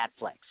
Netflix